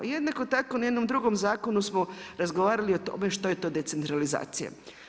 I jednako tako na jednom drugom zakonu smo razgovarali o tome što je to decentralizacija.